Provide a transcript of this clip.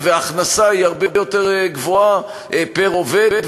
וההכנסה הרבה יותר גבוהה פר-עובד,